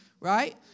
Right